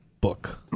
book